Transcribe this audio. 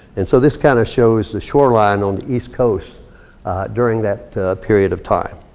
and so this kind of shows the shoreline on the east coast during that period of time.